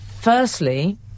Firstly